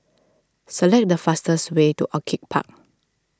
select the fastest way to Orchid Park